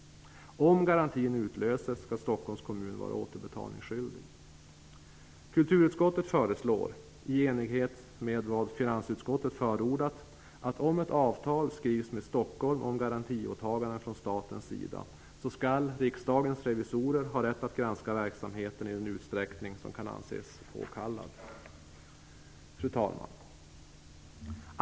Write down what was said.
Om garantin utlöses skall Stockholms kommun vara återbetalningsskyldig. Kulturutskottet föreslår, i enlighet med vad finansutskottet förordat, att riksdagens revisorer skall ha rätt att granska verksamheten i den utsträckning som kan anses påkallad, om ett avtal skrivs med Fru talman!